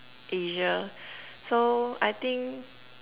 Asia so I think